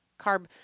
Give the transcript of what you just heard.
carb